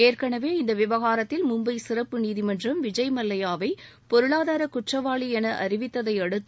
ஏற்கெனவே இந்த விவகாரத்தில் மும்பை சிறப்பு நீதிமன்றம் விஜய் மல்லையாவை பொருளாதார குற்றவாளி என அறிவித்ததையடுத்து